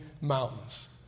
Mountains